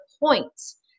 points